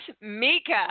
Mika